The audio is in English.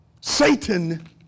Satan